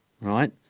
Right